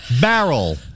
barrel